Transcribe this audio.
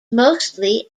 mostly